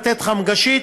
לתת להם חמגשית.